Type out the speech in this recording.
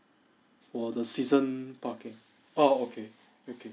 for the season parking oh okay okay